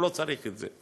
הוא לא צריך את זה.